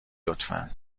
لطفا